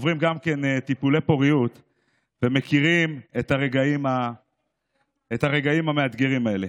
שעוברים גם טיפולי פוריות ומכירים את הרגעים המאתגרים האלה.